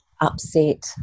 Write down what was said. upset